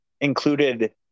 included